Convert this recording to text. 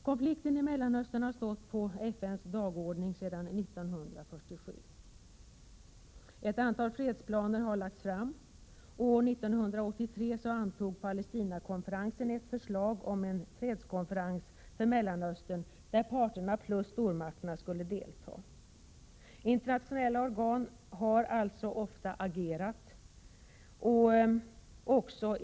Konflikten i Mellanöstern har stått på FN:s dagordning sedan 1947. Ett antal fredsplaner har lagts fram. År 1983 antog Palestinakonferensen ett förslag om en fredskonferens för Mellanöstern där parterna plus stormakterna skulle delta. Internationella organ har också agerat ofta.